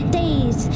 days